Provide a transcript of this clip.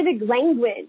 language